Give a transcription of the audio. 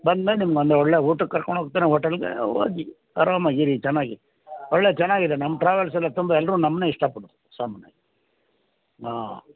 ಬಂದ್ಮೇಲೆ ನಿಮ್ಗೆ ಒಂದು ಒಳ್ಳೆ ಊಟಕ್ಕೆ ಕರ್ಕೊಂಡು ಹೋಗ್ತಾನೆ ಓಟೆಲ್ಗೆ ಹೋಗಿ ಆರಾಮಾಗಿರಿ ಚೆನ್ನಾಗಿ ಒಳ್ಳೆ ಚೆನ್ನಾಗಿದ್ದಾನೆ ನಮ್ಮ ಟ್ರಾವೆಲ್ಸ್ ಎಲ್ಲರೂ ತುಂಬ ಎಲ್ಲರೂ ನಮ್ಮನ್ನೇ ಇಷ್ಟ ಪಡೋದು ಸಾಮಾನ್ಯವಾಗಿ ಆಂ